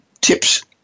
tips